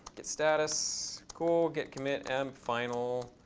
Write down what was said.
get status. cool. get commit. and final,